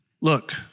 Look